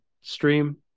stream